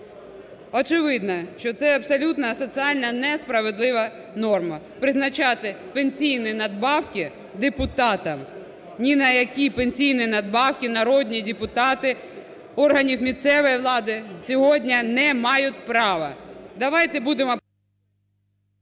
Очевидно, що це абсолютно соціально несправедлива норма: призначати пенсійні надбавки депутатам. Ні на які пенсійні надбавки народні депутати, органів місцевої влади сьогодні не мають права.